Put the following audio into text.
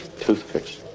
Toothpicks